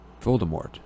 Voldemort